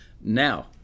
Now